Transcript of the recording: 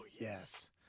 yes